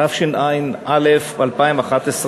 התשע"א 2011,